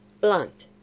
Blunt